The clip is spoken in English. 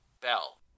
Bell